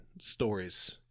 stories